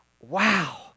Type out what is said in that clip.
Wow